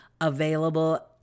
available